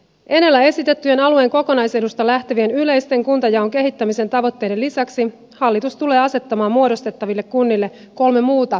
edellä esitettyjen alueen kokonaisedusta lähtevien yleisten kuntajaon kehittämisen tavoitteiden lisäksi hallitus tulee asettamaan muodostettaville kunnille kolme muuta pääkriteeriä